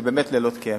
זה באמת לילות כימים.